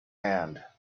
hand